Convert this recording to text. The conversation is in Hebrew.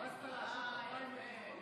הרסת לה עכשיו את הפריימריז.